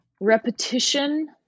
repetition